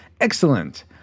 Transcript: Excellent